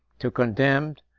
to condemn,